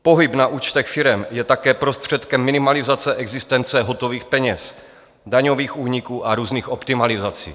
Pohyb na účtech firem je také prostředkem minimalizace existence hotových peněz, daňových úniků a různých optimalizací.